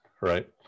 right